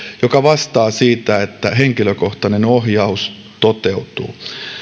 joka vastaa siitä että henkilökohtainen ohjaus toteutuu